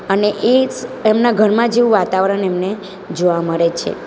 અને એ જ એમના ઘરમાં જેવું વાતાવરણ એમને જોવા મળે છે